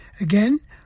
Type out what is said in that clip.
Again